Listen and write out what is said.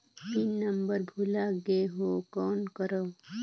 Pin number भुला गयें हो कौन करव?